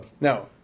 Now